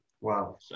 wow